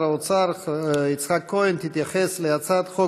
הודעתו של סגן שר האוצר תתייחס להצעת חוק